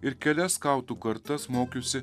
ir kelias skautų kartas mokiusį